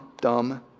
dumb